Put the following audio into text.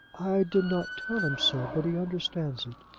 i did not tell him so, but he understands it.